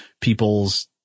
people's